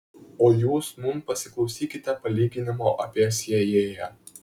o jūs nūn pasiklausykite palyginimo apie sėjėją